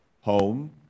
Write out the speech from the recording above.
home